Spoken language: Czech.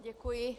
Děkuji.